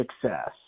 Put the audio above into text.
success